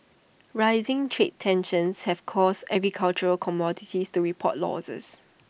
rising trade tensions have caused agricultural commodities to report losses